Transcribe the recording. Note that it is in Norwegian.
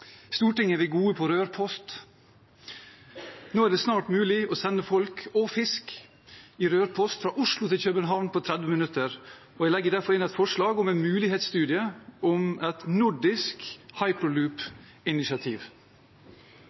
Stortinget er vi gode på rørpost. Nå er det snart mulig å sende folk og fisk i rørpost fra Oslo til København på 30 minutter. Jeg legger derfor inn et forslag om en mulighetsstudie om et nordisk